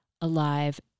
alive